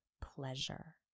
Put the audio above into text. pleasure